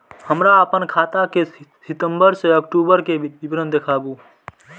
हमरा अपन खाता के सितम्बर से अक्टूबर के विवरण देखबु?